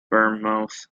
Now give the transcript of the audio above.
bournemouth